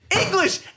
English